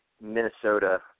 Minnesota